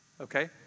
Okay